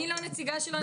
אני הנציגה של עצמי,